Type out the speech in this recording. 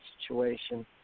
situation